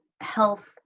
health